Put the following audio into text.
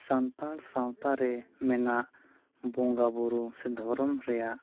ᱥᱟᱱᱛᱟᱲ ᱥᱟᱶᱛᱟ ᱨᱮ ᱢᱮᱱᱟᱜ ᱵᱚᱸᱜᱟ ᱵᱳᱨᱳ ᱥᱮ ᱫᱷᱚᱨᱚᱢ ᱨᱮᱭᱟᱜ